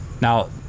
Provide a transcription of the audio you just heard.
Now